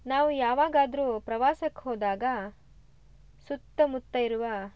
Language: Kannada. ನಾವು ಯಾವಾಗಾದರೂ ಪ್ರವಾಸಕ್ಕೆ ಹೋದಾಗ ಸುತ್ತಮುತ್ತ ಇರುವ